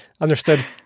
understood